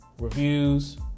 reviews